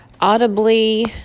audibly